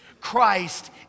Christ